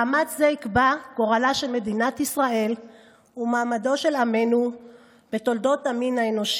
מאמץ זה יקבע גורלה של מדינת ישראל ומעמדו של עמנו בתולדות המין האנושי.